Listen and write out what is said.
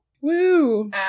Woo